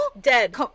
Dead